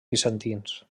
bizantins